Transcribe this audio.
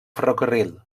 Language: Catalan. ferrocarril